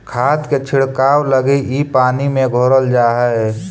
खाद के छिड़काव लगी इ पानी में घोरल जा हई